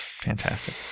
fantastic